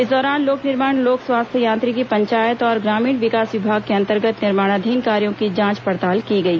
इस दौरान लोक निर्माण लोक स्वास्थ्य यांत्रिकी पंचायत और ग्रामीण विकास विभाग के अंर्तगत निर्माणाधीन कार्यो की जांच पड़ताल की गई